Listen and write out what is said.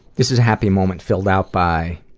this is a happy moment filled out by